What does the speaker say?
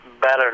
better